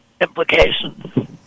implications